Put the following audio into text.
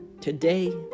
Today